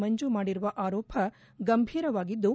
ಮಂಜು ಮಾಡಿರುವ ಆರೋಪ ಗಂಭೀರವಾಗಿದ್ದು